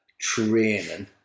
training